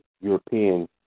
European